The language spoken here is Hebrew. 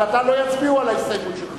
אבל לא יצביעו על ההסתייגות שלך.